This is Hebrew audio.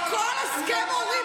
עדיין אצל גבר זאת תהיה חוזקה,